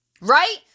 right